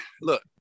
look